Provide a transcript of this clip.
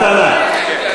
מתנה.